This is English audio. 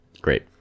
great